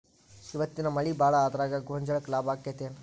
ಇವತ್ತಿನ ಮಳಿ ಭಾಳ ಆದರ ಗೊಂಜಾಳಕ್ಕ ಲಾಭ ಆಕ್ಕೆತಿ ಏನ್?